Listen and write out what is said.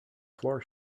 floor